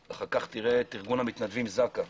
אחר כך תראה את ארגון המתנדבים זק"א,